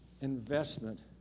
Investment